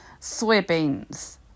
soybeans